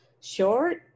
short